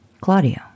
Claudio